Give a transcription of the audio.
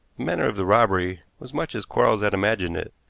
manner of the robbery was much as quarles had imagined it,